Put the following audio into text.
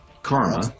Karma